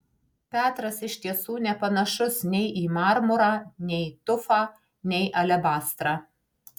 petras iš tiesų nepanašus nei į marmurą nei tufą nei alebastrą